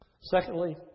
Secondly